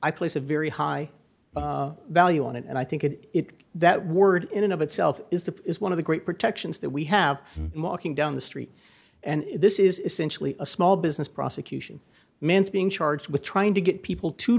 i place a very high value on it and i think it it that word in and of itself is the is one of the great protections that we have walking down the street and this is essentially a small business prosecution man's being charged with trying to get people to